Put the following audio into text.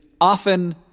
often